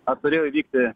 ar turėjo vykti